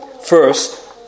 First